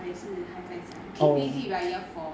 我也是还在想 can you believe we are year four